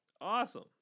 Awesome